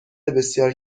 بسیار